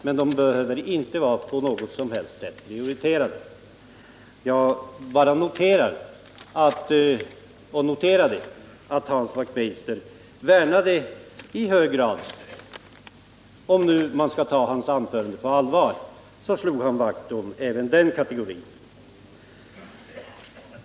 Men vederbörande behöver inte på något sätt vara prioriterade. Jag bara noterar att Hans Wachtmeister, ifall man nu skall ta hans anförande på allvar, i hög grad slog vakt om även den här kategorin.